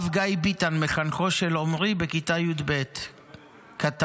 הרב גיא ביתן, מחנכו של עמרי בכיתה י"ב, כתב: